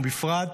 ובפרט